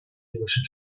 irischen